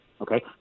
okay